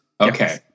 Okay